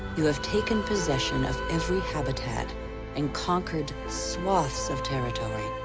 you have taken possession of every habitat and conquered swathes of territory,